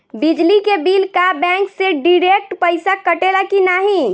बिजली के बिल का बैंक से डिरेक्ट पइसा कटेला की नाहीं?